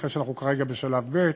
אחרי שאנחנו כרגע בשלב ב',